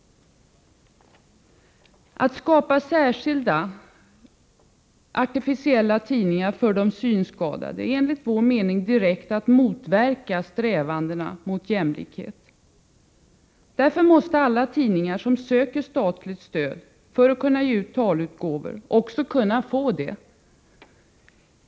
Att skapa särskilda, artificiella tidningar för de synskadade är enligt vår mening att direkt motverka strävandena mot jämlikhet. Därför måste alla tidningar, som söker statligt stöd för att kunna ge ut talutgåvor, också kunna få det.